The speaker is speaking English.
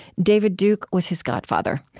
david duke was his godfather.